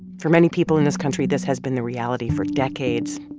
for many people in this country, this has been the reality for decades,